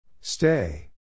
Stay